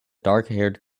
darkhaired